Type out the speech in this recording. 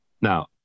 now